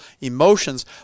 emotions